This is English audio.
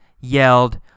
yelled